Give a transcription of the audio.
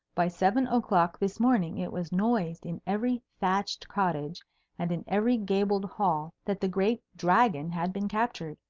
by seven o'clock this morning it was noised in every thatched cottage and in every gabled hall that the great dragon had been captured.